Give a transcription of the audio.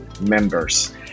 members